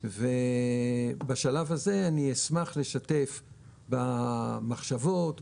ובשלב הזה אשמח לשתף במחשבות,